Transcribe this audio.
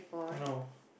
no